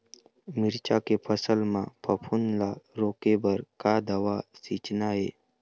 मिरचा के फसल म फफूंद ला रोके बर का दवा सींचना ये?